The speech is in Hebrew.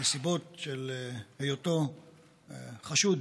בנסיבות של היותו חשוד